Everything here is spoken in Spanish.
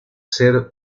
ser